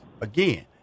Again